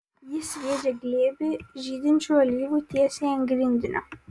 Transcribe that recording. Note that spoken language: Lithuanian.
ji sviedžia glėbį žydinčių alyvų tiesiai ant grindinio